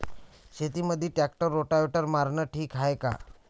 शेतामंदी tractor rotavator मारनं ठीक हाये का?